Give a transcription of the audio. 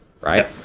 right